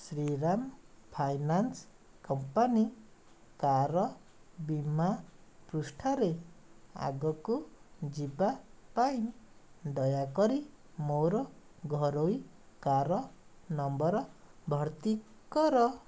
Shriram finance company car ବୀମା ପୃଷ୍ଠାରେ ଆଗକୁ ଯିବା ପାଇଁ ଦୟାକରି ମୋର ଘରୋଇ କାର୍ ନମ୍ବର ଭର୍ତ୍ତି କର